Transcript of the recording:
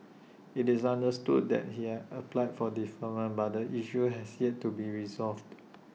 IT is understood that he has applied for deferment but the issue has yet to be resolved